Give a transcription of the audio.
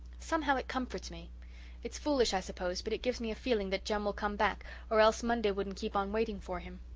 somehow it comforts me it's foolish, i suppose, but it gives me a feeling that jem will come back or else monday wouldn't keep on waiting for him.